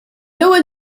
ewwel